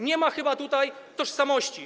Nie ma chyba tutaj tożsamości.